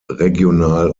regional